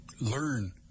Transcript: learn